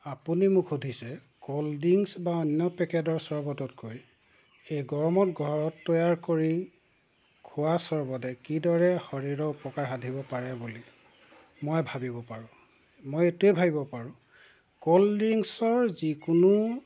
আপুনি মোক সুধিছে ক'ল্ড ড্ৰিংকছ্ বা অন্য পেকেটৰ চৰবততকৈ এই গৰমত ঘৰত তৈয়াৰ কৰি খোৱা চৰবতে কি দৰে শৰীৰৰ উপকাৰ সাধিব পাৰে বুলি মই ভাবিব পাৰোঁ মই এইটোৱেই ভাবিব পাৰোঁ ক'ল্ড ড্ৰিংকছ্ৰ যিকোনো